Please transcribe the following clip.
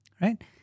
Right